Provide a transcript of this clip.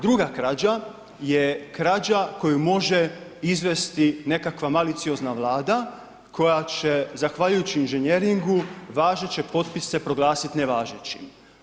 Druga krađa je krađa koju može izvesti nekakva maliciozna Vlada koja će zahvaljujući inženjeringu važeće potpise proglasit nevažećim.